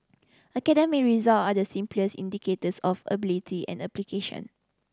academic result are the simplest indicators of ability and application